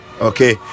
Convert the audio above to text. okay